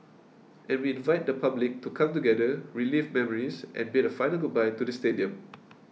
and we invite the public to come together relive memories and bid a final goodbye to the stadium